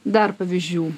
dar pavyzdžių